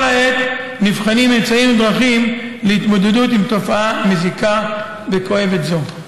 העת נבחנים אמצעים ודרכים להתמודדות עם תופעה מזיקה וכואבת זו.